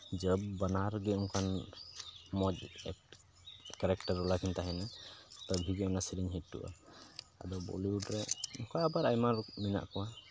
ᱡᱚᱵ ᱵᱟᱱᱟᱨ ᱜᱮ ᱚᱱᱠᱟᱱ ᱢᱚᱡᱽ ᱠᱮᱨᱮᱠᱴᱟᱨ ᱵᱟᱞᱟ ᱠᱤᱱ ᱛᱟᱦᱮᱱᱟ ᱟᱨ ᱛᱟᱵᱷᱤ ᱜᱮ ᱚᱱᱟ ᱥᱮᱨᱮᱧ ᱦᱤᱴᱚᱜᱼᱟ ᱟᱫᱚ ᱵᱚᱞᱤᱭᱩᱰ ᱨᱮ ᱚᱱᱠᱟ ᱟᱵᱟᱨ ᱟᱭᱢᱟ ᱨᱚᱠᱚᱢ ᱢᱮᱱᱟᱜ ᱠᱚᱣᱟ